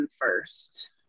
first